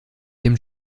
dem